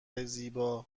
زیبا